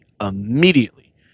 immediately